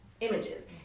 images